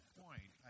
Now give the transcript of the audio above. point